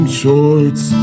shorts